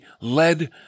led